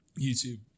YouTube